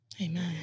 Amen